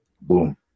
Boom